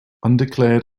undeclared